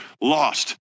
lost